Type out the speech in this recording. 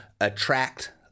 attract